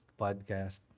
podcast